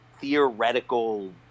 theoretical